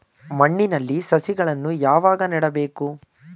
ಮಣ್ಣಿನಲ್ಲಿ ಸಸಿಗಳನ್ನು ಯಾವಾಗ ನೆಡಬೇಕು?